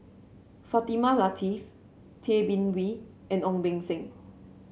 Fatimah Lateef Tay Bin Wee and Ong Beng Seng